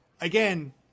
again